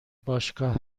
باشگاه